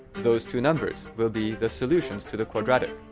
those two numbers will be the solutions to the quadratic.